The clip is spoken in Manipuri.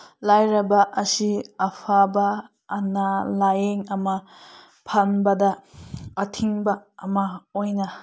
ꯂꯥꯏꯔꯕ ꯑꯁꯤ ꯑꯐꯕ ꯑꯅꯥ ꯂꯥꯏꯌꯦꯡ ꯑꯃ ꯐꯪꯕꯗ ꯑꯊꯤꯡꯕ ꯑꯃ ꯑꯣꯏꯅ